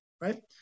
right